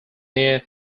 near